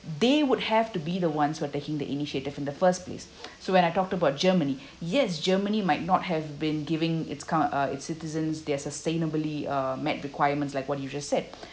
they would have to be the ones who are taking the initiative in the first place so when I talked about germany yes germany might not have been giving it's kind of uh its citizens their sustainably uh met requirements like what you just said